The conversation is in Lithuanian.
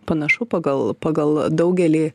panašu pagal pagal daugelį